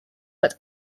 but